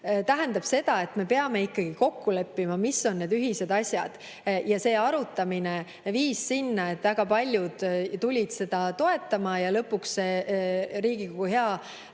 näeme, peame me ikkagi kokku leppima, mis on need ühised asjad. See arutamine viis sinna, et väga paljud tulid seda toetama ja lõpuks Riigikogu